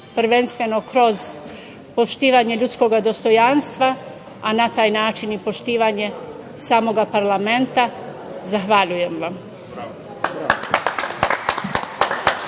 prvenstveno kroz poštovanje ljudskoga dostojanstva, a na taj način poštovanje samoga parlamenta. Zahvaljujem vam.